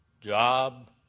Job